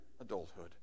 adulthood